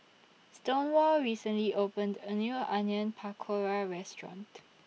Stonewall recently opened A New Onion Pakora Restaurant